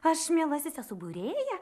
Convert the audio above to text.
aš mielasis esu būrėja